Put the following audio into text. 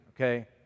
okay